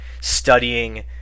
studying